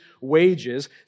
wages